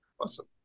Awesome